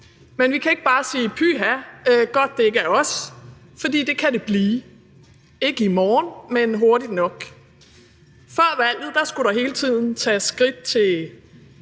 Men vi kan ikke bare sige: Pyha, godt, at det ikke er os. For det kan det blive; ikke i morgen, men hurtigt nok. Før valget skulle der hele tiden tages skridt til